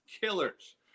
Killers